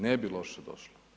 Ne bi loše došlo.